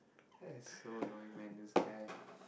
that's so annoying man this guy